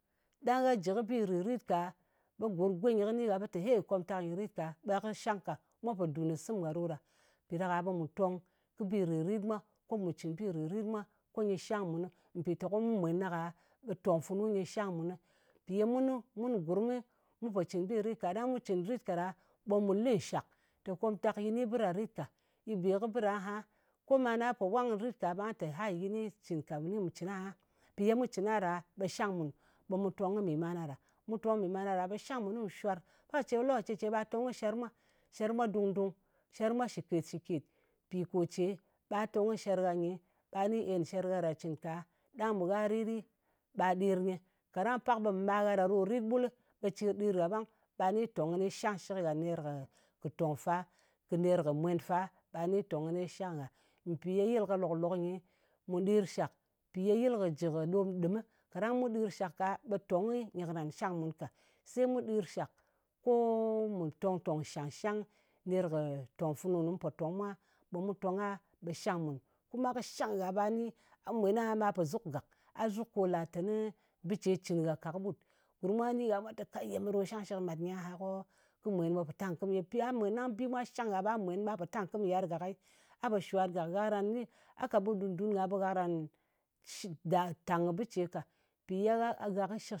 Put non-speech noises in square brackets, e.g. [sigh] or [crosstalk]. Ɗang gha jɨ kɨ bi rìrit ka, ɓe gur, go nyɨ kɨ ni gha ɓe te, he, komtak nyɨ rit ka, ɓe kɨ shang ka. Mwa pò dùn kɨ sɨm gha ɗo ɗa. Mpì ɗak-a ɓe mù tong kɨ bì rìrit mwa, ko mù cɔin bi rìrit mwa, ko nyɨ shang munɨ. Mpìteko mu mwen ɗak-a ɓe tong funu nyɨ shang mùnɨ. Mpì ye ye munɨ mun gurmɨ, mu pò cɨn bi rit ka, ɗang mu cɨn bi rit ka ɗa, ɓe mù lɨ nshak, te, komtak, yi ni bɨ ɗa rit ka. Yi be kɨ bɨ ɗa aha. Ko mana po wang kɨ, rit ka ɓà te, hay, yi ni cɨn ka. Yi ni mù cɨn aha. Mpì ye mu cɨn a ɗa, ɓe shang nmùn. Ɓe mù tong kɨ mì mana ɗa. Mu tong kɨ mì mana ɗa, ɓe shang mun ku shwar. Pakce ɓe lokaci ce ɓa tong kɨ sher. Sher mwa dung-dung. Sher mwa shɨkèt-shɨket. Mpì kò ce ɓa tong kɨ sher gha nyi, ɓa ni en kɨ sher gha ɗa cɨn ka, ɗang mɨ gha rit ɗɨ ɓa ɗir nyɨ. Ɗang pak ɓe mɨ magha ɗa ɗò rit ɓul, ɓe cir ɗir gha ɓang. Ɓa ni tòng kɨni shangshɨk ngha nèr kɨ tòng fa. Ner kɨ mwen fa ɓa ni tòng kɨni shang ngha. Mpì ye yɨl ka lòk-lok nyi, mù ɗir shàk. Mpì ye yɨl kɨ jɨ kɨ ɗom ɗɨmɨ, ɗang mu ɗir shak ka, ɓe tong nyɨ karan shang mun ka. Se mu ɗir shak, ko [hesitation] mu tong-tòng shàng-shang ner kɨ tòng funu mu pò tong mwa, ɓe mu tong a ɓe kɨ shang mùn. Kuma kɨ shang gha, ɓe a mwen aha ɓe pò zuk gàk. A zuk ko làteni bɨ ce cɨn ngha ka kɨɓut. Gurm mwa ni gha, ɓe mwa tè kai, ye me ɗo shangshɨk mat nyɨ aha ko kɨ mwen ɓe pò tangkɨm me? Mpì gha mwen ɗang bi mwa shang gha ɓa mwen ɓa po tangkɨ kɨm ka yɨar gàk aiy. A pò shwar gàk. Gha karan ni, a ka ɓut dùn-dun ka ɓe gha karan shɨ, tang kɨ bɨ ce ka. Mpì ye gha, gha kɨ shɨk